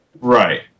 Right